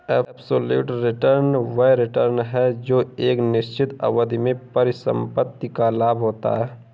absolute return वह return है जो एक निश्चित अवधि में परिसंपत्ति का लाभ होता है